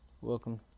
Welcome